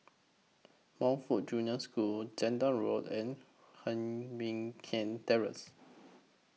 Montfort Junior School Zehnder Road and Heng Mui Keng Terrace